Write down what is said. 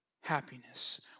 happiness